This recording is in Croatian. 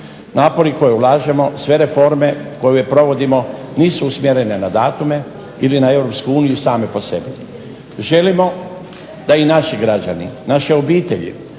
Napori koje ulažemo, sve reforme koje provodimo nisu usmjere na datume ili na Europsku uniju samu po sebi. Želimo da i naši građani, naše obitelji